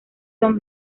son